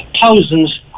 thousands